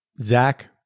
Zach